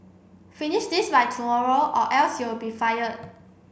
finish this by tomorrow or else you'll be fired